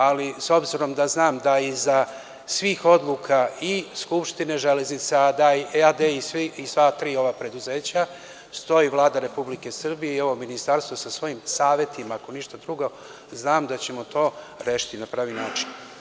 Ali, s obzirom da znam da iza svih odluka, i Skupštine železnica i sva tri ova preduzeća, stoji Vlada Republike Srbije i ovo ministarstvo sa svojim savetima, ako ništa drugo, znam da ćemo to rešiti na pravi način.